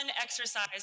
exercise